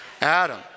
Adam